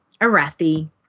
Arathi